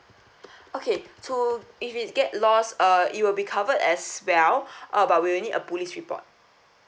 okay so if it get lost uh it will be covered as well uh but we will need a police report